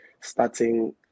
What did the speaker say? starting